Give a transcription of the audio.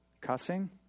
cussing